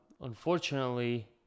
unfortunately